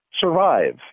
survive